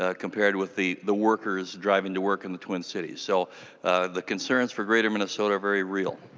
ah compared with the the workers driving to work in the twin cities. so the concerns for greater minnesota are very real.